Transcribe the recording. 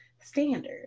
standard